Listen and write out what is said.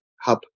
hub